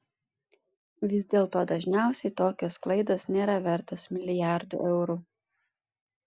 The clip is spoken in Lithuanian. vis dėlto dažniausiai tokios klaidos nėra vertos milijardų eurų